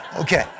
Okay